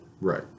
Right